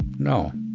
no.